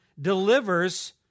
delivers